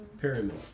Pyramid